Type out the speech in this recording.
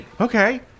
Okay